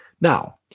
Now